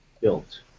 built